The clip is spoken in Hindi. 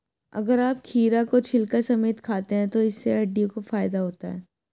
अगर आप खीरा को छिलका समेत खाते हैं तो इससे हड्डियों को फायदा होता है